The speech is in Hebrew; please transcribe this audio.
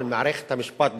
על מערכת המשפט בכלל,